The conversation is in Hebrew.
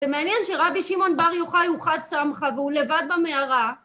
זה מעניין שרבי שמעון בר יוחאי הוא חד סמכה והוא לבד במערה